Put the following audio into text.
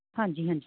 ਹਾਂਜੀ ਹਾਂਜੀ